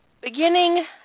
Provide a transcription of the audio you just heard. beginning